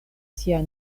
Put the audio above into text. sia